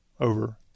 over